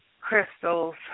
crystals